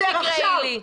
תקראי לי.